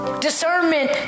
discernment